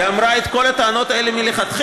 היא אמרה את כל הטענות האלה מלכתחילה,